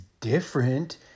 different